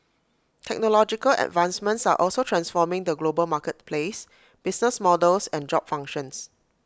technological advancements are also transforming the global marketplace business models and job functions